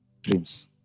dreams